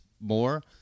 more